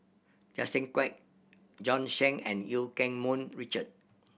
Justin Quek Bjorn Shen and Eu Keng Mun Richard